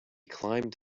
climbed